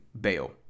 bail